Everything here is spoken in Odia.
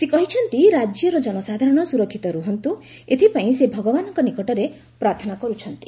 ସେ କହିଛନ୍ତି ରାଜ୍ୟର ଜନସାଧାରଣ ସୁରକ୍ଷିତ ରୁହନ୍ତୁ ଏଥିପାଇଁ ସେ ଭଗବାନଙ୍କ ନିକଟରେ ପ୍ରାର୍ଥନା କରୁଛନ୍ତି